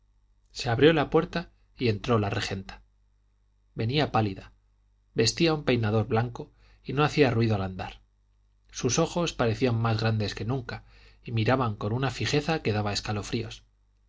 se abrió la puerta y entró la regenta venía pálida vestía un peinador blanco y no hacía ruido al andar sus ojos parecían más grandes que nunca y miraban con una fijeza que daba escalofríos